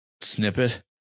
snippet